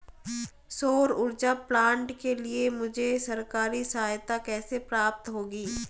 सौर ऊर्जा प्लांट के लिए मुझे सरकारी सहायता कैसे प्राप्त होगी?